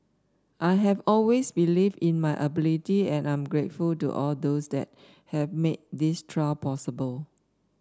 I have always believed in my ability and I am grateful to all those that have made this trial possible